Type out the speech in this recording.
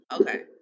Okay